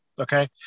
Okay